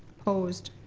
opposed?